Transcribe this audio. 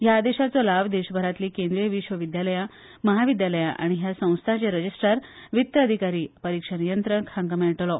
ह्या आदेशाचो लाव देशभरातली केंद्रिय विश्वविद्यालया महाविद्यालया आनी ह्या संस्थाचे रेजिस्ट्रार वित्त अधिकारी परीक्षा नियंत्रक हांका मेळटलो